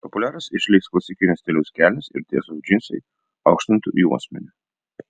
populiarios išliks klasikinio stiliaus kelnės ir tiesūs džinsai aukštintu juosmeniu